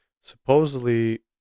supposedly